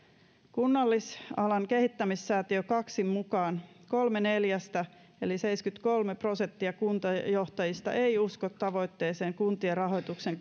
kunnallisalan kehittämissäätiö kaksin mukaan kolme neljästä eli seitsemänkymmentäkolme prosenttia kuntajohtajista ei usko tavoitteen toteutumiseen kuntien rahoituksen